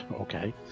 Okay